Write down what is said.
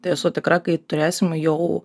tai esu tikra kai turėsim jau